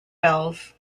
bills